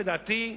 לדעתי,